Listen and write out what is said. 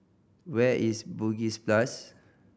where is Bugis plus